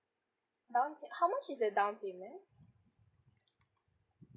down pay~ how much is the down payment